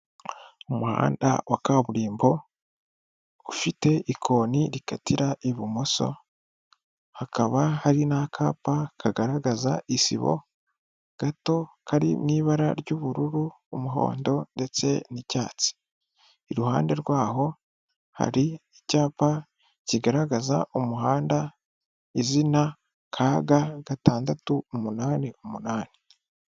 Umuhanda wa kaburimbo ufite ikoni rikatira ibumoso hakaba hari n'akapa kagaragaza isibo gato kari mu ibara ry'ubururu umuhondo ndetse n'icyatsi, iruhande rwaho hari icyapa kigaragaza umuhanda izina kaga gatandatu umunani umunani.